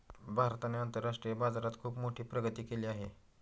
भारताने आंतरराष्ट्रीय बाजारात खुप मोठी प्रगती केली आहे